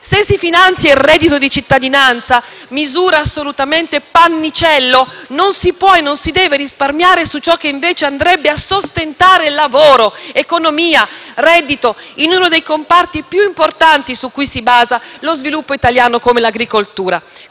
Se si finanzia il reddito di cittadinanza, misura assolutamente pannicello, non si può e non si deve risparmiare su ciò che invece andrebbe a sostentare lavoro, economia e reddito in uno dei comparti più importanti su cui si basa lo sviluppo italiano qual è quello dell'agricoltura.